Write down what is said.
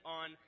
on